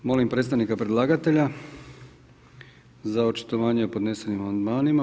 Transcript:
Molim predstavnika predlagatelja za očitovanje o podnesenim amandmanima.